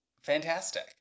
Fantastic